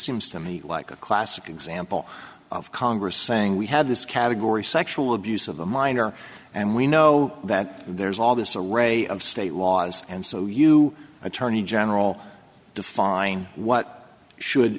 seems to me like a classic example of congress saying we have this category sexual abuse of a minor and we know that there's all this or ray of state laws and so you attorney general define what should